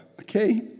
Okay